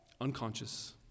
unconscious